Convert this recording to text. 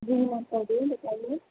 جی پروین بتائیے